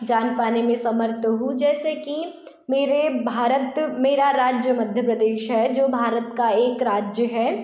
जान पाने मे समर्थ हूँ जैसे की मेरे भारत मेरा राज्य मध्य प्रदेश है जो भारत का एक राज्य है